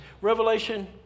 Revelation